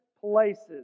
places